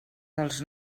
dels